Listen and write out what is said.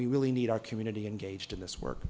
we really need our community and gauged in this work